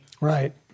Right